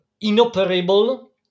inoperable